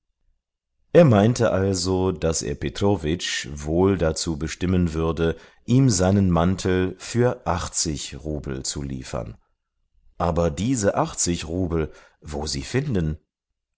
er meinte also daß er petrowitsch wohl dazu bestimmen würde ihm seinen mantel für achtzig rubel zu liefern aber diese achtzig rubel wo sie finden